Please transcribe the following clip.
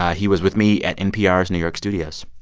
he was with me at npr's new york studios